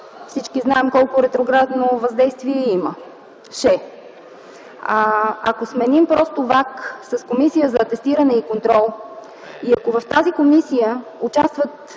всички знаем колко ретроградно въздействие имаше. Ако сменим просто ВАК с Комисия за атестиране и контрол и ако в тази комисия участват